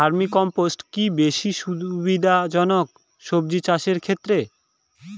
Vermi compost কি বেশী সুবিধা জনক সবজি চাষের ক্ষেত্রে?